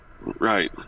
right